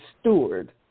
steward